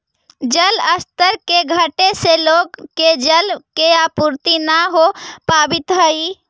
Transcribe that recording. जलस्तर के घटे से लोग के जल के आपूर्ति न हो पावित हई